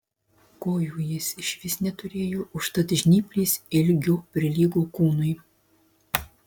kojų jis išvis neturėjo užtat žnyplės ilgiu prilygo kūnui